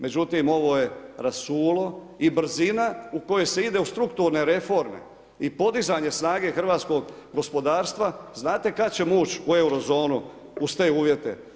Međutim, ovo je rasulo i brzina kojom se ide u strukturne reforme i podizanje snage hrvatskog gospodarstva, znate kad ćemo ući u Eurozonu uz te uvjete.